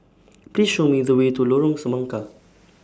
Please Show Me The Way to Lorong Semangka